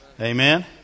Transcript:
Amen